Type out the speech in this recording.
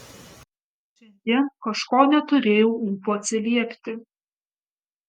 šiandien kažko neturėjau ūpo atsiliepti